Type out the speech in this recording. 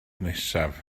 nesaf